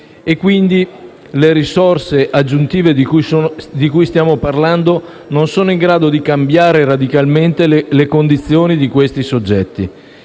Quindi, le risorse aggiuntive di cui stiamo parlando non sono in grado di cambiare radicalmente le condizioni di tali soggetti.